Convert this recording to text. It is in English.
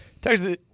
Texas